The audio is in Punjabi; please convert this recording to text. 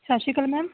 ਸਤਿ ਸ਼੍ਰੀ ਅਕਾਲ ਮੈਮ